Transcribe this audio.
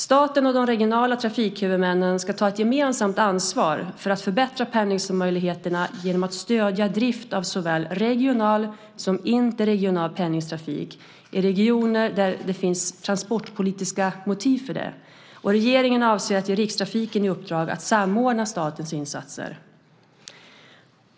Staten och de regionala trafikhuvudmännen ska ta ett gemensamt ansvar för att förbättra pendlingsmöjligheterna genom att stödja drift av såväl regional som interregional pendlingstrafik i regioner där det finns transportpolitiska motiv för det. Regeringen avser att ge Rikstrafiken i uppdrag att samordna statens insatser.